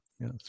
Yes